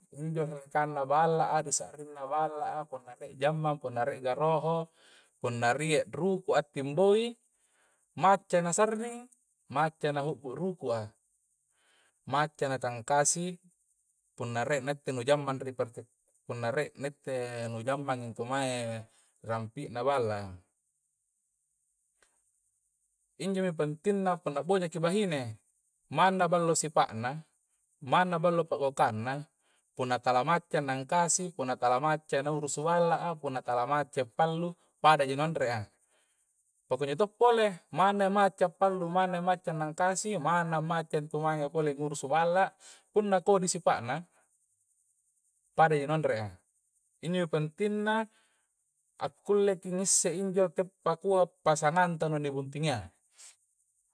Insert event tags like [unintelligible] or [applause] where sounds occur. Injo ri dallekangna balla a di sa'rinna balla a punna rie jammang puna rie garoho punna rie ruku attimboi macca na sa'rring macca na hu'bu ruku a macca na tangkasi punna rie naitte nu jammang ri [unintelligible] punna rie na itte nu jammanga intu mae ri rampi' na balla a injomi pantingna punna bojaki bahine manna ballo sipa'na manna ballo pa'gokangna punna tala macca na tangkasi punna tala macca na urusi balla a punna tala maccai pallu pada ji nu anrea pokunjo to pole manna i macca pallu, manna macca na nangkasi manna macca intu mange pole ngurusi balla punna kodi' sipa' na padaji nu nganrea injomi pantingna akulleki ngisse injo teppa kua pasanganta na ni buntingia